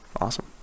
Awesome